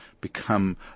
become